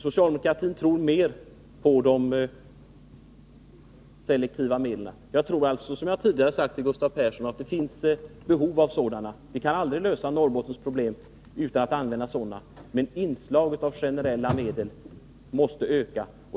Socialdemokratin tror mer på de selektiva medlen. Jag tror, som jag tidigare har sagt till Gustav Persson, att det finns ett behov av sådana. Vi kan aldrig lösa Norrbottens problem utan att använda selektiva medel, men inslaget av generella medel måste öka.